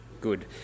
Good